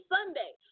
Sunday